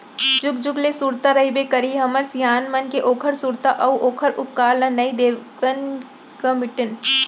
जुग जुग ले सुरता रहिबे करही हमर सियान मन के ओखर सुरता अउ ओखर उपकार ल नइ देवन ग मिटन